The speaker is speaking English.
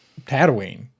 Tatooine